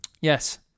Yes